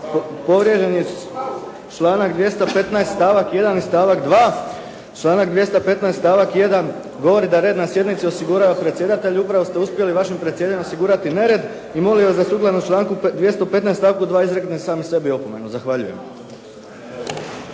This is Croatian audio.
povrijeđen je članak 215. stavak 1. i stavak 2. Članak 215. stavak 1. govori da red na sjednici osigurava predsjedatelj. Upravo ste uspjeli vašem predsjedanjem osigurati nered i molim vas da sukladno članku 215. stavku 2. izreknete sami sebi opomenu. Zahvaljujem.